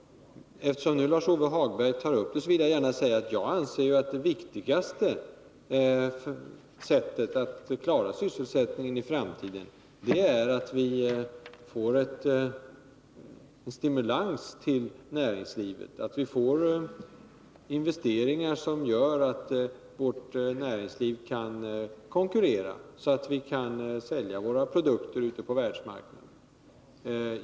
Eftersom Lars-Ove Hagberg tar upp det vill jag gärna säga att jag anser att det bästa sättet att klara sysselsättningen i framtiden är stimulans till näringslivet och investeringar som gör det möjligt för vårt näringsliv att konkurrera, så att vi kan sälja våra produkter på världsmarknaden.